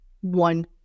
one